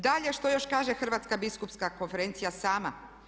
Dalje što još kaže Hrvatska biskupska konferencija sama.